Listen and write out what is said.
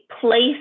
place